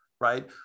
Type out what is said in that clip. right